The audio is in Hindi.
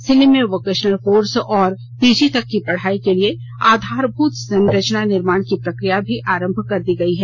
सिल्ली में वोकेशनल कोर्स और पीजी तक की पढ़ाई के लिए आधारभूत संरचना निर्माण की प्रक्रिया भी आरम्भ कर दी गयी है